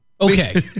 Okay